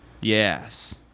Yes